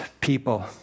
people